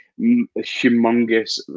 humongous